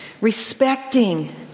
Respecting